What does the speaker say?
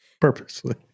Purposely